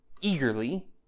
eagerly